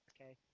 okay